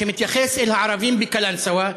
שמתייחס אל הערבים בקלנסואה,